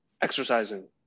exercising